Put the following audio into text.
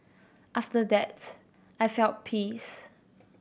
after that I felt peace